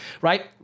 right